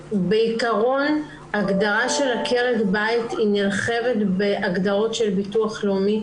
בעקרון הגדרה של עקרת בית היא נרחבת בהגדרות של ביטוח לאומי,